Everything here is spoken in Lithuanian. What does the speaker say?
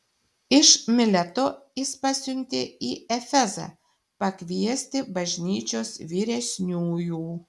iš mileto jis pasiuntė į efezą pakviesti bažnyčios vyresniųjų